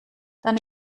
dann